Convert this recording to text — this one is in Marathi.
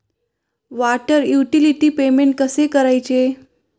वॉटर युटिलिटी पेमेंट कसे करायचे?